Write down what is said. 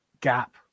gap